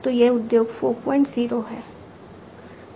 तो यह उद्योग 40 है